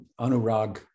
anurag